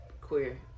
queer